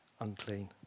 unclean